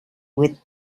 with